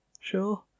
sure